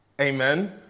amen